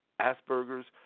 Asperger's